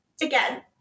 again